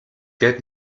geld